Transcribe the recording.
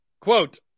quote